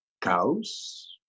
cows